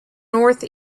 north